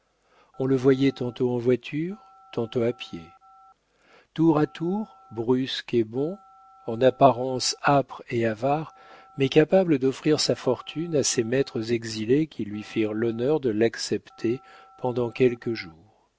on le voyait tantôt en voiture tantôt à pied tour à tour brusque et bon en apparence âpre et avare mais capable d'offrir sa fortune à ses maîtres exilés qui lui firent l'honneur de l'accepter pendant quelques jours